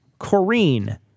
Corrine